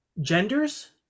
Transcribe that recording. genders